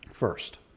First